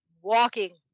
walking